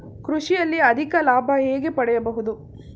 ಕೃಷಿಯಲ್ಲಿ ಅಧಿಕ ಲಾಭ ಹೇಗೆ ಪಡೆಯಬಹುದು?